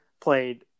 played –